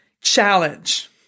challenge